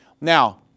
Now